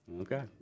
Okay